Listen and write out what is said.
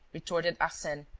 retorted arsene,